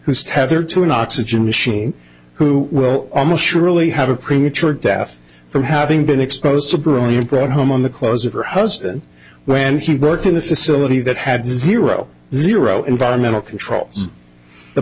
whose tethered to an oxygen machine who will almost surely have a premature death from having been exposed to a brewery and brought home on the clothes of her husband when he brought in the facility that had zero zero environmental controls the